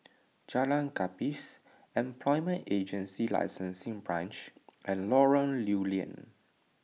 Jalan Gapis Employment Agency Licensing Branch and Lorong Lew Lian